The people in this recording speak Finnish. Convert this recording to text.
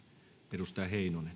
arvoisa